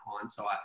hindsight